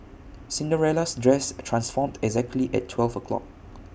Cinderella's dress transformed exactly at twelve o'clock